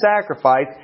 sacrifice